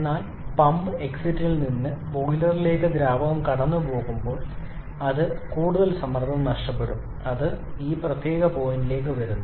എന്നാൽ പമ്പ് എക്സിറ്റിൽ നിന്ന് ബോയിലറിലേക്ക് ദ്രാവകം കടന്നുപോകുമ്പോൾ അത് കൂടുതൽ സമ്മർദ്ദം നഷ്ടപ്പെടും അത് ഈ പ്രത്യേക പോയിന്റിലേക്ക് വരുന്നു